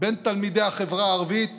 בין תלמידי החברה הערבית